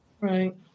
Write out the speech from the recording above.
Right